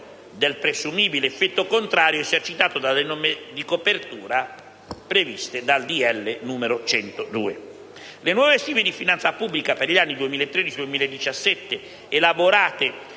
del presumibile effetto contrario esercitato dalle norme di copertura previste dal decreto-legge n. 102. Le nuove stime di finanza pubblica per gli anni 2013-2017 elaborate